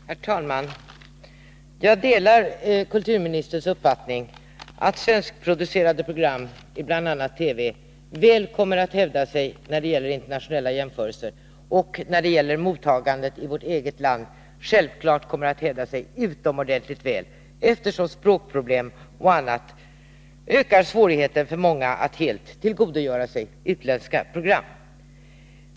Herr talman! Jag delar kulturministerns uppfattning att svenskproducerade program i bl.a. TV väl kommer att hävda sig i internationella jämförelser och när det gäller mottagandet i vårt eget land självklart kommer att hävda sig utomordentligt väl, eftersom språkproblem och annat ökar svårigheten för många att helt tillgodogöra sig utländska program.